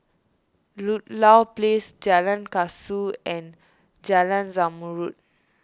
Ludlow Place Jalan Kasau and Jalan Zamrud